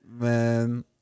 Man